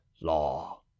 law